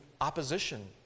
opposition